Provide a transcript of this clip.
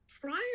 prior